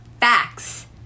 Facts